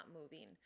moving